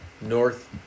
North